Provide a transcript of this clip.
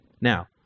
Now